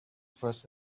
first